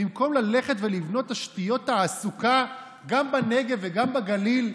במקום ללכת ולבנות תשתיות תעסוקה גם בנגב וגם בגליל.